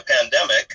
pandemic